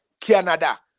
canada